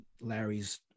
larry's